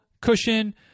cushion